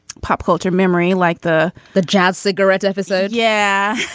pop culture memory like the the jazz cigarettes episode yeah.